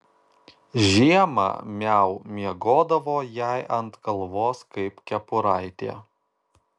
žiemą miau miegodavo jai ant galvos kaip kepuraitė